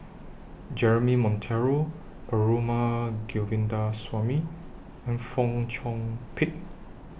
Jeremy Monteiro Perumal Govindaswamy and Fong Chong Pik